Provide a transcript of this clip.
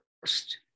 first